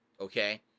Okay